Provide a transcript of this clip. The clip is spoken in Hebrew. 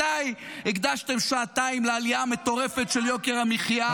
מתי הקדשתם שעתיים לעלייה המטורפת של יוקר המחיה?